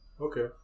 Okay